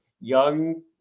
young